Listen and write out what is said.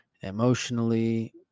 emotionally